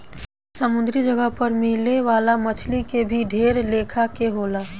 समुंद्री जगह पर मिले वाला मछली के भी ढेर लेखा के होले